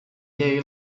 yale